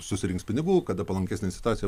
susirinks pinigų kad palankesnė situacija